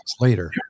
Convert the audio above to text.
later